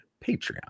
Patreon